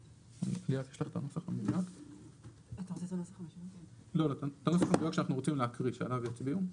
יש לך את הנוסח המדויק שאנחנו רוצים להקריא שעליו יצביעו.